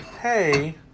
hey